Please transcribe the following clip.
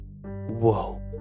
Whoa